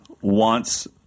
wants